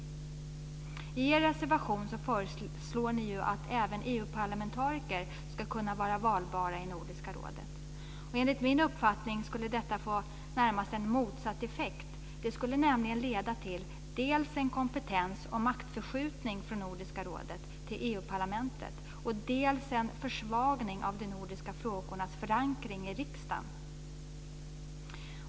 Ni föreslår ju i er reservation att även EU-parlamentariker ska kunna vara valbara till Nordiska rådet. Enligt min uppfattning skulle detta få närmast en motsatt effekt. Det skulle nämligen leda till dels en kompetens och maktförskjutning från Nordiska rådet till EU-parlamentet, dels en försvagning av de nordiska frågornas förankring i riksdagen.